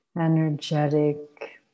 energetic